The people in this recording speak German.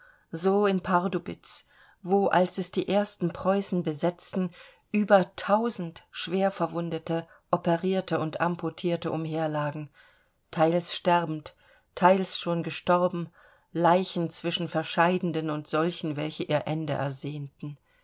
so in pardubitz wo als es die ersten preußen besetzten über tausend schwerverwundete operierte und amputierte umherlagen teils sterbend teils schon gestorben leichen zwischen verscheidenden und solchen welche ihr ende ersehnten